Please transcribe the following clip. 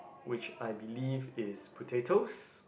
which I believe is potatoes